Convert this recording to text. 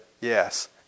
Yes